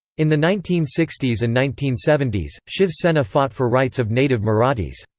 in the nineteen sixty s and nineteen seventy shiv sena fought for rights of native marathis.